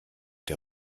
der